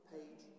Page